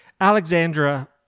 Alexandra